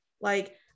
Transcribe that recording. like-